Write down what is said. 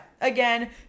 again